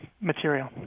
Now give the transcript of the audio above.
material